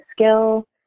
skill